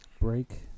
break